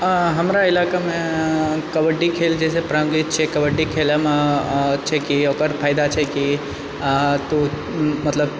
हमरा इलाकामे कबड्डी खेल जेछै पारम्परिक छै कबड्डी खेलमे छैकि ओकर फायदा छैकि आ तों मतलब